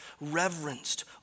reverenced